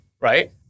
Right